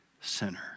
sinner